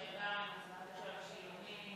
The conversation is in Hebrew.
השאלה של השילומים,